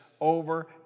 over